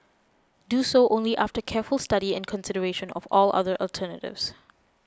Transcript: do so only after careful study and consideration of all other alternatives